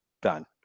Done